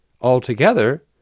altogether